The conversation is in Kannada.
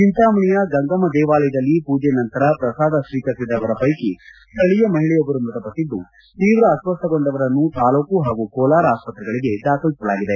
ಚಿಂತಾಮಣಿಯ ಗಂಗಮ್ಮ ದೇವಾಲಯದಲ್ಲಿ ಪೂಜೆ ನಂತರ ಪ್ರಸಾದ ಸ್ವೀಕರಿಸಿದವರ ಪೈಕಿ ಸ್ವಳೀಯ ಮಹಿಳೆಯೊಬ್ಬರು ಮೃತಪಟ್ಟಿದ್ದು ತೀವ್ರ ಅಸ್ವಸ್ಥಗೊಂಡವರನ್ನು ತಾಲ್ಲೂಕು ಪಾಗೂ ಕೋಲಾರ ಆಸ್ಪತ್ರೆಗಳಿಗೆ ದಾಖಲಿಸಲಾಗಿದೆ